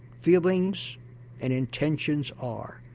feelings and intentions are.